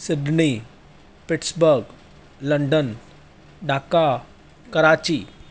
Sydney pittsburgh London Dhaka Karachi